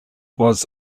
was